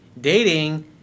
dating